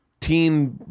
teen